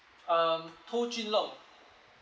um toh jun long